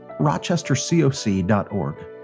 rochestercoc.org